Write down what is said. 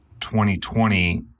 2020